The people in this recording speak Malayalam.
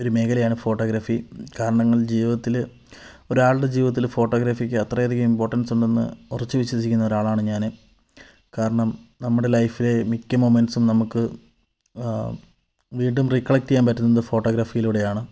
ഒരു മേഖലയാണ് ഫോട്ടോഗ്രാഫി കാരണം ജീവിതത്തില് ഒരാളുടെ ജീവിതത്തില് ഫോട്ടോഗ്രാഫിക്ക് അത്രയധികം ഇമ്പോർട്ടൻസ് ഉണ്ടെന്ന് ഉറച്ച് വിശ്വസിക്കുന്നൊരാളാണ് ഞാന് കാരണം നമ്മുടെ ലൈഫിലെ മിക്ക മൊമെൻസും നമുക്ക് വീണ്ടും റിക്കലക്ട് ചെയ്യാൻ പറ്റുന്നത് ഫോട്ടോഗ്രാഫിയിലൂടെയാണ്